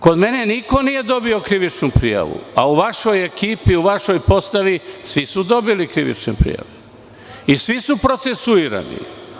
Kod mene niko nije dobio krivičnu prijavu, a u vašoj ekipi u našoj postavi svi su dobili krivične prijave i svi su procesuirani.